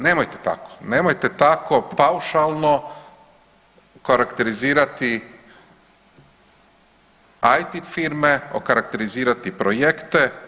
Nemojte tako, nemojte tako paušalno karakterizirati IT firme, okarakterizirati projekte.